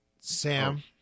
Sam